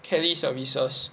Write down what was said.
Kelly services